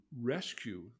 rescue